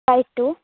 five two